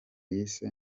yise